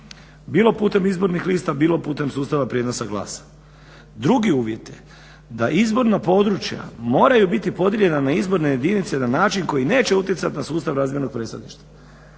bilo putem izbornih lista, bilo putem sustava prijenosa glasa. Drugi uvjet da izborno područja moraju biti podijeljena na izborne jedinice na način koji neće utjecat na sustav razmjernog predstavništva,